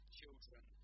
children